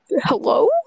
Hello